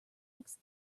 bags